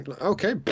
Okay